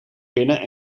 binnen